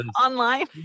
online